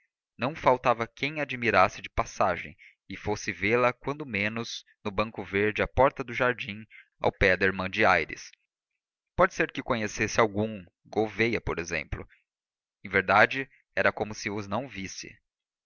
não faltava quem a admirasse de passagem e fosse vê-la quando menos no banco verde à porta do jardim ao pé da irmã de aires pode ser que conhecesse algum gouveia por exemplo em verdade era como se os não visse